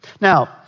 Now